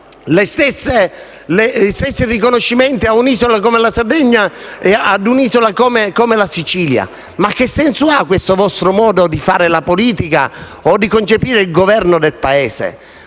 che vengono dati a un'isola come la Sardegna anche a un'isola come la Sicilia? Ma che senso ha questo vostro modo di fare la politica o di concepire il Governo del Paese?